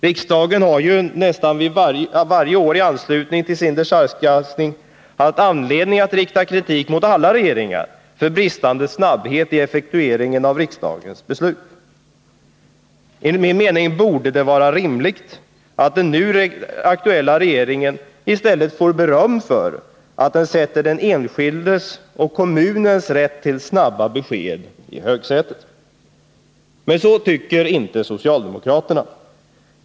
Riksdagen har ju nästan varje år i anslutning till sin dechargegranskning haft anledning att rikta kritik mot alla regeringar för bristande snabbhet i effektueringen av bl.a. riksdagens beslut. Enligt min mening borde det vara rimligt att den nu aktuella regeringen får beröm för att den sätter den enskildes och kommunens rätt till snabba besked i högsätet. Men så tycker inte socialdemokraterna.